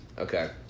Okay